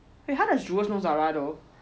how do jewels know zara though